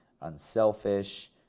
unselfish